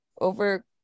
over